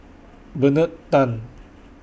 Bernard Tan